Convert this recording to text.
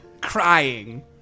crying